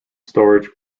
storage